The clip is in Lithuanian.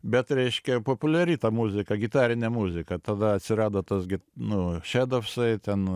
bet reiškia populiari ta muzika gitarinė muzika tada atsirado tas gi nu šedopsai ten